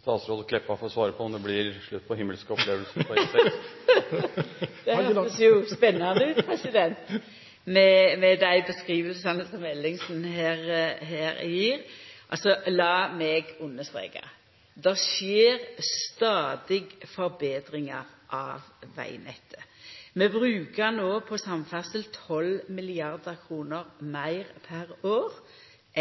Statsråd Meltveit Kleppa får svare på om det blir slutt på himmelske opplevelser på E6. Det høyrest spennande ut med dei beskrivingane som Ellingsen her gjev. Lat meg understreka: Det skjer stadig forbetringar på vegnettet. Vi brukar no på samferdsel 12 mrd. kr meir per år